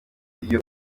iyo